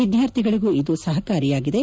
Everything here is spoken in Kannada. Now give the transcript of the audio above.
ವಿದ್ಯಾರ್ಥಿಗಳಗೂ ಇದು ಸಹಕಾರಿಯಾಗಿದೆ